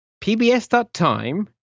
pbs.time